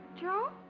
Joe